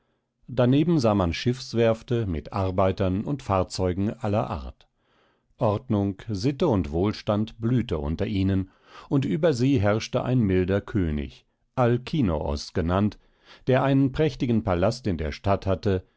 daneben sah man schiffswerfte mit arbeitern und fahrzeugen aller art ordnung sitte und wohlstand blühte unter ihnen und über sie herrschte ein milder könig alkinoos genannt der einen prächtigen palast in der stadt hatte